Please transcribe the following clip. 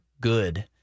Good